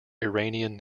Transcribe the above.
iranian